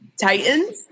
Titans